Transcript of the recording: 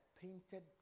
painted